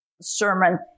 sermon